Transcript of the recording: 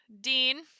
Dean